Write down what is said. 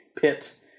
pit